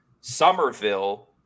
Somerville